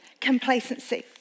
Complacency